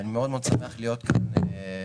אני מאוד מאוד שמח להיות כאן הבוקר,